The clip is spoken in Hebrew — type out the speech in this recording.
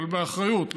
אבל באחריות,